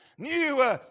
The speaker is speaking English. New